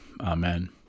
Amen